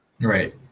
Right